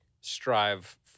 strive